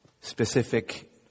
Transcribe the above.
specific